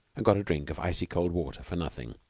and got a drink of icy-cold water for nothing,